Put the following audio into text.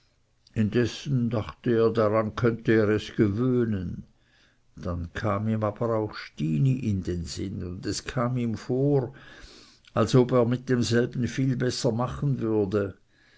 indessen dachte er daran könnte er es gewöhnen dann kam ihm aber auch stini in sinn und es kam ihm vor als ob er es mit demselben viel besser machen würde